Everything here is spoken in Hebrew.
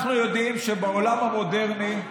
אנחנו יודעים שבעולם המודרני,